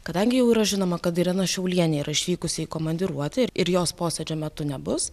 kadangi jau yra žinoma kad irena šiaulienė yra išvykusi į komandiruotę ir ir jos posėdžio metu nebus